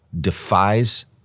defies